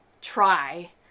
try